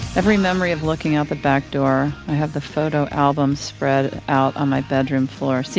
every memory of looking out the back door. i had the photo albums spread out on my bedroom floor. so